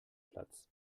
platz